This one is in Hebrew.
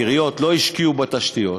העיריות לא השקיעו בתשתיות,